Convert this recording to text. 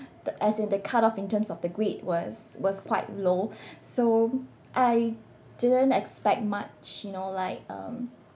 the as in the cut-off in terms of the grade was was quite low so I didn't expect much you know like um